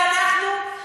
ואנחנו,